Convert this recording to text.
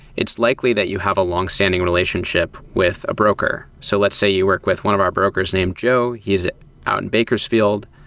it's likely that you have a long-standing relationship with a broker. so let's say you work with one of our brokers named joe. he is out in bakersfield.